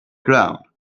clown